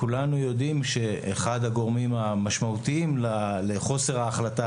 כולנו יודעים שאחד הגורמים המשמעותיים לחוסר ההחלטה